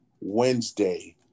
Wednesday